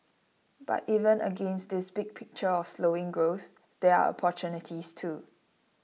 but even against this big picture of slowing growth there are opportunities too